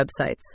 websites